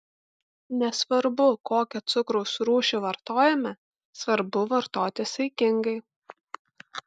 nesvarbu kokią cukraus rūšį vartojame svarbu vartoti saikingai